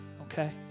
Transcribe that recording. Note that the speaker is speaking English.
okay